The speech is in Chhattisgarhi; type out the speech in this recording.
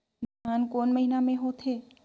धान कोन महीना मे होथे?